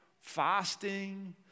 fasting